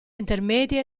intermedie